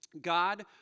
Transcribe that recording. God